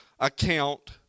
account